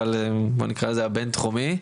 אבל בוא נקרא לזה "הבין תחומי",